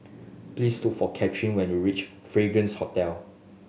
please look for Katerina when you reach Fragrance Hotel